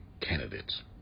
candidates